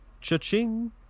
Cha-ching